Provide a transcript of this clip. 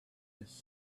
his